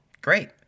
Great